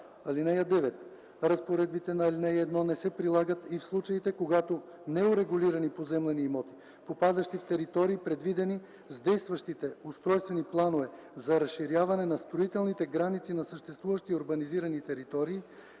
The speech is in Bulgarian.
гора. (9) Разпоредбите на ал. 1 не се прилагат и в случаите, когато неурегулирани поземлени имоти, попадащи в територии, предвидени с действащите устройствени планове за разширяване на строителните граници на съществуващите урбанизирани територии